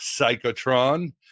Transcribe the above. psychotron